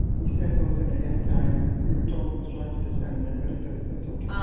we sent those in ahead of time. we were told, instructed to send them in, but it's it's okay.